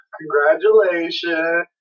congratulations